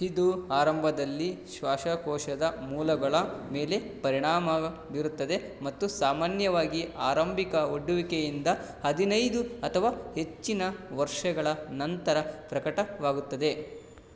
ಇದು ಆರಂಭದಲ್ಲಿ ಶ್ವಾಸಕೋಶದ ಮೂಲಗಳ ಮೇಲೆ ಪರಿಣಾಮ ಬೀರುತ್ತದೆ ಮತ್ತು ಸಾಮಾನ್ಯವಾಗಿ ಆರಂಭಿಕ ಒಡ್ಡುವಿಕೆಯಿಂದ ಹದಿನೈದು ಅಥವಾ ಹೆಚ್ಚಿನ ವರ್ಷಗಳ ನಂತರ ಪ್ರಕಟವಾಗುತ್ತದೆ